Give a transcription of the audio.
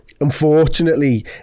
unfortunately